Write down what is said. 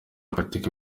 politiki